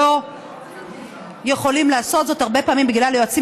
ולא יכולים לעשות זאת הרבה פעמים בגלל יועצים